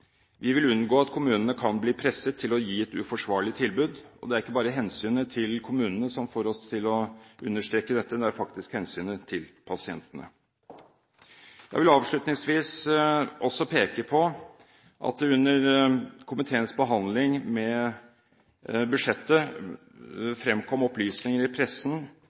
Vi vil unngå at kommunene kan bli presset til å gi et uforsvarlig tilbud, og det er ikke bare hensynet til kommunene som får oss til å understreke dette, det er faktisk hensynet til pasientene. Avslutningsvis vil jeg også peke på at det under komiteens behandling av budsjettet fremkom opplysninger i pressen